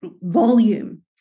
volume